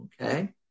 okay